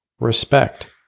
respect